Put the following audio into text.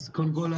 אז קודם כל,